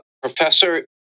Professor